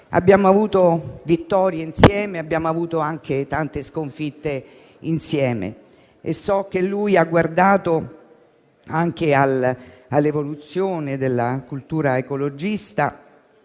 Abbiamo avuto vittorie insieme e abbiamo avuto anche tante sconfitte. So che lui ha guardato anche all'evoluzione della cultura ecologista,